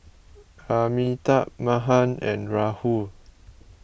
Amitabh Mahan and Rahul